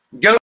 Go